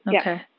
Okay